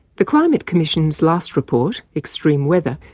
the climate commission's last report, extreme weather,